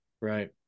Right